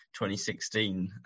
2016